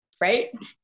right